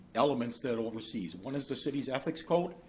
elements that it oversees. one is the city's ethics code,